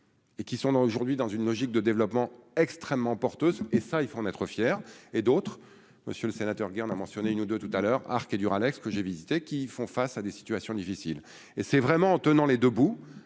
et qui sont là aujourd'hui dans une logique de développement extrêmement porteuse et ça, il faut en être fier, et d'autre, monsieur le sénateur guerre n'a mentionné une ou deux tout-à-l'heure et Duralex que j'ai visité, qui font face à des situations difficiles et c'est vraiment en tenant les 2 bouts,